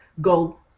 go